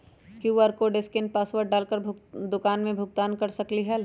QR code scan password डाल कर दुकान में भुगतान कर सकलीहल?